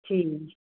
ਠੀਕ